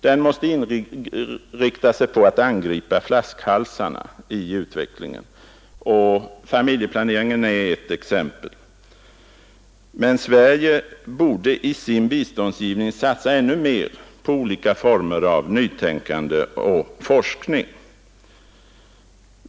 Den måste inrikta sig på att angripa ”flaskhalsarna” i utvecklingen. Familjeplaneringen är ett exempel. Men Sverige borde i sin biståndsgivning satsa ännu mera på olika former av nytänkande och forskning.